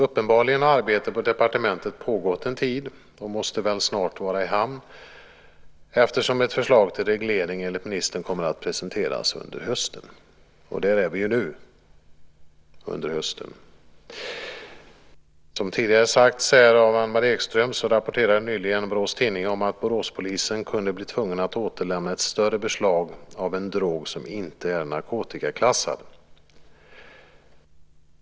Uppenbarligen har arbetet på departementet pågått en tid och måste väl snart vara i hamn, eftersom ett förslag till reglering enligt ministern kommer att presenteras under hösten. Där är vi nu - "under hösten". Som tidigare sagts här av Anne-Marie Ekström rapporterade nyligen Borås Tidning om att Boråspolisen kunde bli tvungen att återlämna ett större beslag av en drog som inte är narkotikaklassad.